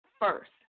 first